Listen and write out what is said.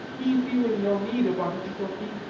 he feeling no need of artificial heat,